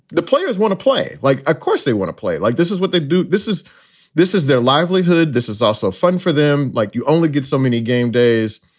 the players want to play like a course. they want to play like this is what they do. this is this is their livelihood. this is also fun for them. like, you only get so many game days,